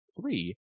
three